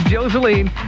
Joseline